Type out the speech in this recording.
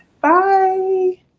bye